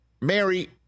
Mary